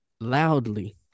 loudly